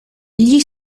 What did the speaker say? gli